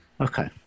okay